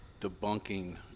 debunking